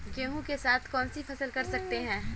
गेहूँ के साथ कौनसी फसल कर सकते हैं?